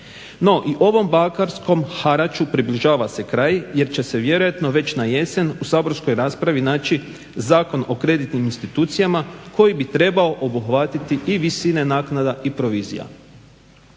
No i ovom bankarskom haraču približava se kraj, jer će se vjerojatno već na jesen u saborskoj raspravi naći Zakon o kreditnim institucijama koji bi trebao obuhvatiti i visine naknada i provizija.